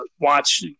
watch